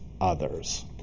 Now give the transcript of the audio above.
others